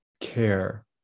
care